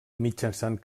mitjançant